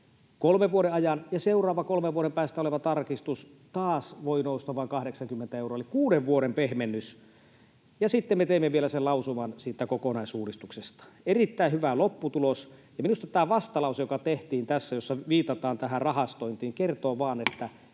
kolmen vuoden ajan, ja seuraavan kolmen vuoden päässä oleva tarkistus taas voi nousta vain 80 euroa, eli kuuden vuoden pehmennys. Ja sitten me teimme vielä sen lausuman siitä kokonaisuudistuksesta. Erittäin hyvä lopputulos, ja minusta tämä vastalause, joka tehtiin tässä ja jossa viitataan tähän rahastointiin, kertoo vain,